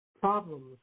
problems